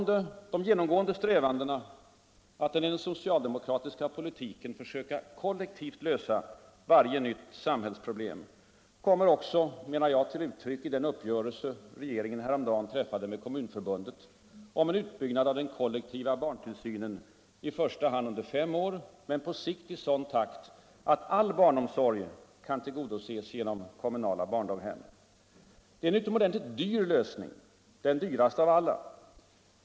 De genomgående strävandena i den socialdemokratiska politiken att söka kollektivt lösa varje nytt samhällsproblem kommer också till uttryck i den uppgörelse regeringen häromdagen träffade med Kommunförbundet om en utbyggnad av den kollektiva barntillsynen i första hand under fem år men på sikt i sådan takt att all barnomsorg kan tillgodoses genom kommunala barndaghem. Det är en utomordentligt dyr lösning, den dyraste av alla.